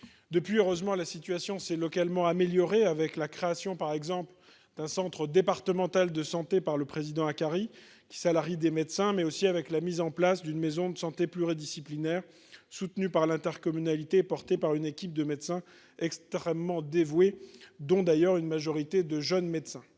depuis, heureusement, la situation s'est localement améliorer avec la création par exemple d'un centre départemental de santé par le président qui salarie des médecins mais aussi avec la mise en place d'une maison de santé pluridisciplinaire, soutenu par l'intercommunalité, porté par une équipe de médecins extrêmement dévoués, dont d'ailleurs une majorité de jeunes médecins,